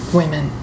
women